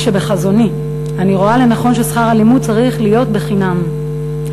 שבחזוני אני רואה לנכון שהלימוד יהיה בחינם,